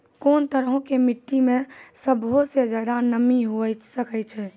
कोन तरहो के मट्टी मे सभ्भे से ज्यादे नमी हुये सकै छै?